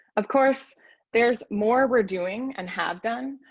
of course there's more we're doing and have done,